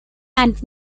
and